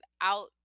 out